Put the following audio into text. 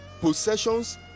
possessions